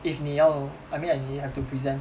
if 你要 I mean like 你 have to present